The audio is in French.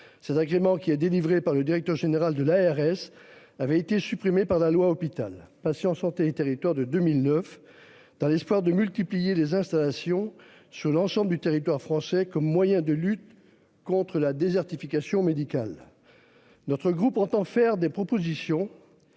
cet agrément qui est délivré par le directeur général de l'ARS avait été supprimé par la loi hôpital, patients, santé et territoires de 2009 dans l'espoir de multiplier les installations sur l'ensemble du territoire français comme moyen de lutte contre la désertification médicale. Notre groupe entend faire des propositions.